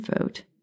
vote